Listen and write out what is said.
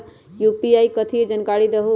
UPI कथी है? जानकारी दहु